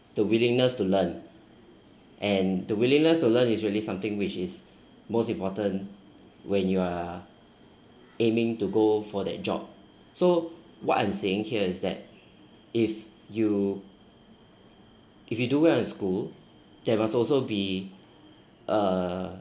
the willingness to learn and the willingness to learn is really something which is most important when you are aiming to go for that job so what I'm saying here is that if you if you do well in school there must also be uh